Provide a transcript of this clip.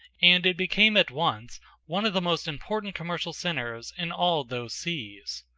and it became at once one of the most important commercial centers in all those seas.